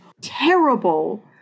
terrible